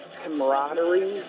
camaraderie